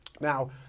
Now